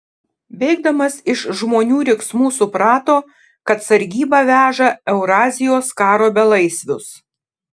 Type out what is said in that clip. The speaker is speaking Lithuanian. bėgdamas iš žmonių riksmų suprato kad sargyba veža eurazijos karo belaisvius